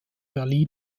berlin